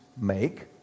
make